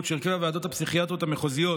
שהרכב הוועדות הפסיכיאטריות המחוזיות